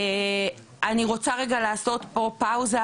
אני רוצה רגע לעשות פה פאוזה,